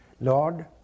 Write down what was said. Lord